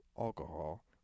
alcohol